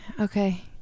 Okay